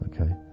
okay